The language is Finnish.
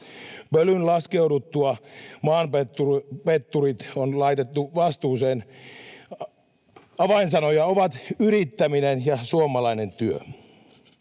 Pölyn laskeuduttua maanpetturit on laitettu vastuuseen. Avainsanoja ovat ”yrittäminen” ja ”suomalainen työ”.